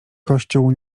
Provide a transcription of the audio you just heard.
kościół